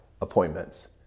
appointments